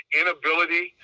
inability